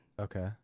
Okay